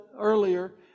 earlier